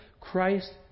Christ